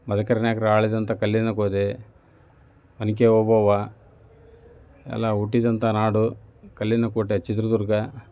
ಮದಕರಿ ನಾಯಕರು ಆಳಿದಂಥ ಕಲ್ಲಿನ ಕೋಟೆ ಒನಕೆ ಓಬ್ಬವ್ವ ಎಲ್ಲ ಹುಟ್ಟಿದಂಥ ನಾಡು ಕಲ್ಲಿನ ಕೋಟೆ ಚಿತ್ರದುರ್ಗ